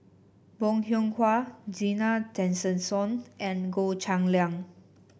Bong Hiong Hwa Zena Tessensohn and Goh Cheng Liang